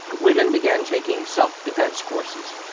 women began taking self-defence courses.